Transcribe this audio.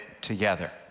together